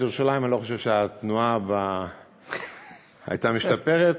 ירושלים אני לא חושב שהתנועה הייתה משתפרת,